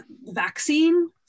vaccine